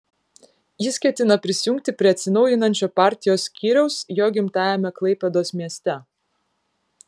jis ketina prisijungti prie atsinaujinančio partijos skyriaus jo gimtajame klaipėdos mieste